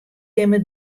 jimme